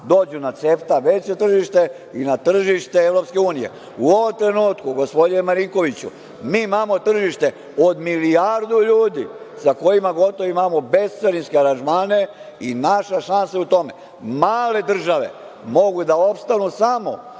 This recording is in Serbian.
dođu na CEFTA veće tržište i na tržište EU.U ovom trenutku, gospodine Marinkoviću, mi imamo tržište od milijardu ljudi sa kojima gotovo imamo bescarinske aranžmane i naša šansa je u tome. Male države mogu da opstanu samo